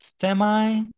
semi